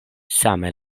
same